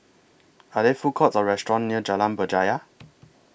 Are There Food Courts Or restaurants near Jalan Berjaya